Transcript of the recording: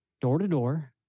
door-to-door